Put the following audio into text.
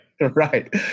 right